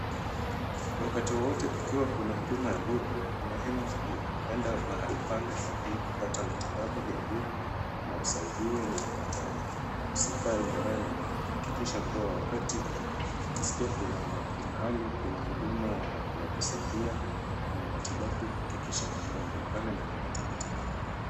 Wakati wowote kukiwa kuna huduma ya bure ni muhimu kuenda mahali pale ili kupata matibabu ya bure na usaidiwe na daktari. Usikae nyumbani hakikisha kuwa wakati ukiskia kuna mahali kuna huduma ya kusaidia na matibabu, hakikisha umeenda mahali pale na umepata matibabu.